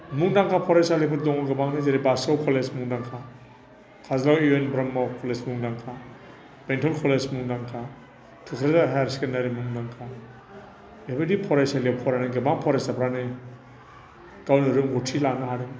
मुंदांखा फरायसालिफोर दङ गोबांनो जेरै बासुगाव कलेज मुंदांखा Kajalgaon U N Brahma college मुंदांखा बेंथल कलेज मुंदांखा थुख्राझार हायार सेकेण्डारि मुंदांखा बेबायदि फरायसालियाव फरायनाय गोबां फरायसाफोरानो गावनो रोंगौथि लानो हादों